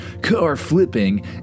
car-flipping